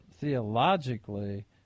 theologically